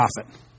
profit